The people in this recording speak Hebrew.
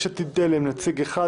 ליש עתיד-תלם נציג אחד,